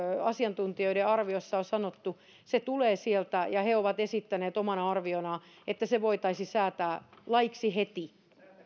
asiantuntijoiden arvioissa on sanottu se tulee sieltä he ovat esittäneet omana arvionaan että se voitaisiin säätää laiksi heti